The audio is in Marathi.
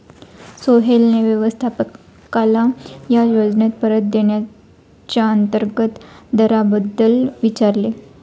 सोहेलने व्यवस्थापकाला या योजनेत परत येण्याच्या अंतर्गत दराबद्दल विचारले